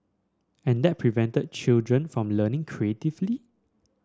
and that prevented children from learning creatively